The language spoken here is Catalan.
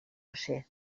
josé